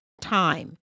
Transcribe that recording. time